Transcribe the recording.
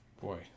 boy